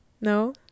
No